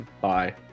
bye